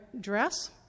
dress